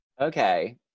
Okay